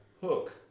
Hook